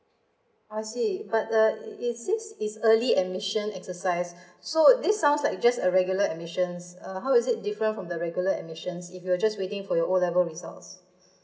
I see but uh is this is early admission exercise so this sounds like just a regular admissions err how is it different from the regular admissions if you're just waiting for your O level results